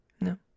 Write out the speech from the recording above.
No